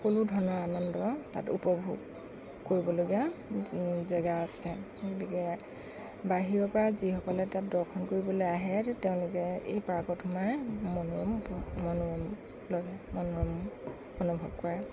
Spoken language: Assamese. সকলো ধৰণৰ আনন্দ তাত উপভোগ কৰিবলগীয়া জেগা আছে গতিকে বাহিৰৰ পৰা যিসকলে তাত দৰ্শন কৰিবলৈ আহে তেওঁলোকে এই পাৰ্কত সোমাই মনোৰম মনোৰম লভে মনোৰম অনুভৱ কৰে